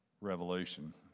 revolution